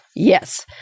Yes